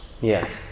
Yes